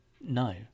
no